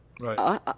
Right